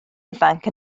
ifanc